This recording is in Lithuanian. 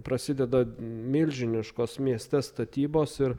prasideda milžiniškos mieste statybos ir